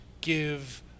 give